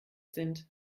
sind